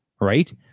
Right